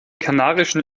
kanarischen